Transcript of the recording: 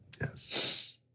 Yes